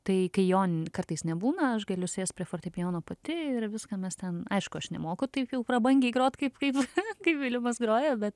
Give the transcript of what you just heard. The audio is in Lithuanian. tai kai jo kartais nebūna aš galiu sėst prie fortepijono pati ir viską mes ten aišku aš nemoku taip jau prabangiai grot kaip kaip kaip vilimas groja bet